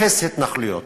אפס התנחלויות.